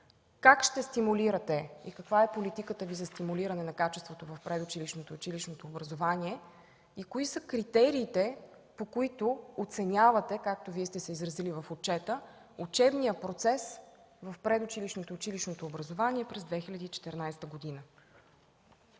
как ще стимулирате, каква е политиката Ви за стимулиране на качеството в предучилищното и училищното образование? Какви са критериите, по които оценявате, както сте се изразили в отчета, учебния процес в предучилищното и училищното образование през 2014 г.?